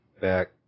Back